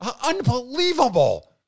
Unbelievable